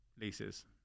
leases